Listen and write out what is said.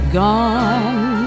gone